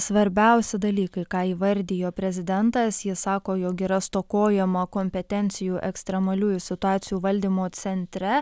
svarbiausi dalykai ką įvardijo prezidentas jis sako jog yra stokojama kompetencijų ekstremaliųjų situacijų valdymo centre